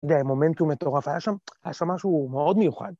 יודע מומנטום מטורף היה שם, היה שם משהו מאוד מיוחד.